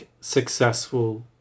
successful